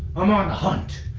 i'm on hunt.